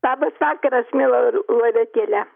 labas vakaras miela loretėle